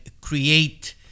create